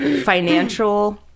financial